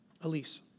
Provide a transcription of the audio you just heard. Elise